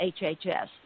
HHS